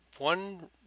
One